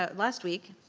ah last week,